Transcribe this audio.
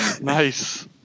nice